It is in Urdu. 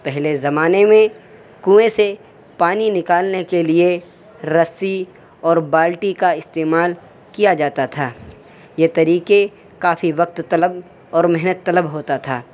پہلے زمانے میں کنویں سے پانی نکالنے کے لیے رسی اور بالٹی کا استعمال کیا جاتا تھا یہ طریقے کافی وقت طلب اور محنت طلب ہوتا تھا